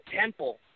temple